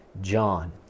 John